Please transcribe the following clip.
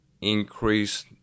increase